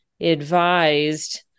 advised